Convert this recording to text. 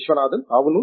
విశ్వనాథన్ అవును